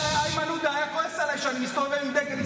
אז איימן עודה היה כועס עליי שאני מסתובב עם דגל ישראל.